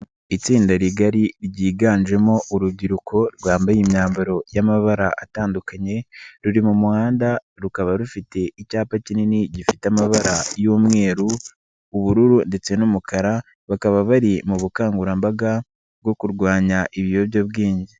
itsinda rigari ryiganjemo urubyiruko rwambaye imyambaro y'amabara atandukanye, ruri mu muhanda rukaba rufite icyapa kinini gifite amabara y'umweru, ubururu ndetse n'umukara, bakaba bari mu bukangurambaga bwo kurwanya ibiyobyabwenge.